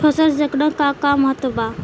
फसल चक्रण क का महत्त्व बा?